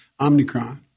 Omicron